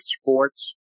sports